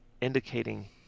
indicating